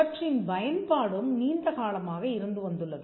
அவற்றின் பயன்பாடும் நீண்ட காலமாக இருந்து வந்துள்ளது